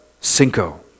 Cinco